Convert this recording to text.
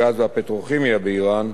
הגז והפטרוכימיה באירן,